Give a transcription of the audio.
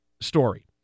story